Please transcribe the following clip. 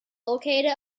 located